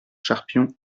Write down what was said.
cherpion